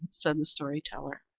said the story-teller.